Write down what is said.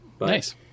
Nice